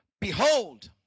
behold